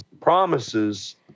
promises